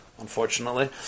unfortunately